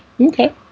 Okay